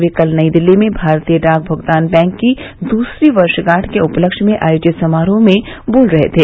वे कल नई दिल्ली में भारतीय डाक भुगतान बैंक की दूसरी वर्षगांठ के उपलक्ष्य में आयोजित समारोह में बोल रहे थे